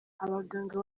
abaganga